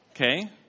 Okay